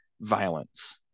violence